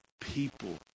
people